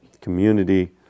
community